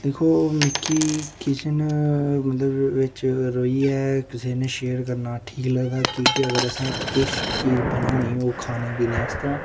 दिक्खो मिगी किश न मतलब बिच्च रेहियै किसै कन्नै शेयर करना ठीक लगदा कि के अगर असें किश चीज बनानी होग खाने पीने आस्तै